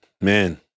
man